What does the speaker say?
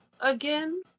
again